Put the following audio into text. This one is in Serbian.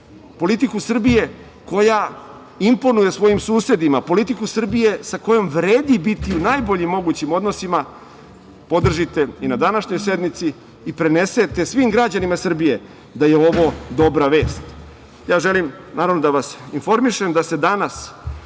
politiku Srbije koja imponuje svojim susedima, politiku Srbije sa kojom vredi biti u najboljim mogućim odnosima, podržite i na današnjoj sednici i prenesete svim građanima Srbije da je ovo dobra vest. Ja želim da vas informišem da se danas